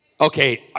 Okay